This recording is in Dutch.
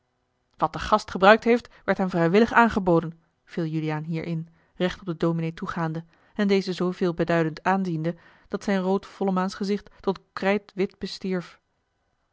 wat de gast gebruikt heeft werd hem vrijwillig aangeboden viel juliaan hierin recht op den dominé toegaande en dezen zoo veelbeduidend aanziende dat zijn rood vollemaans gezicht tot krijtwit bestierf